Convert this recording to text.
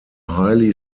highly